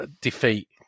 defeat